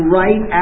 right